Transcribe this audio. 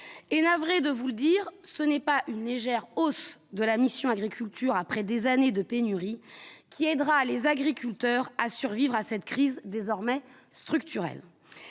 et navré de vous le dire, ce n'est pas une légère hausse de la mission Agriculture après des années de pénuries qui aidera les agriculteurs à survivre à cette crise désormais structurelle,